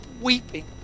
weeping